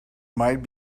might